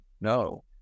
no